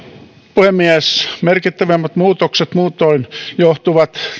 puhemies muutoin merkittävimmät muutokset johtuvat